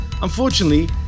Unfortunately